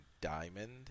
diamond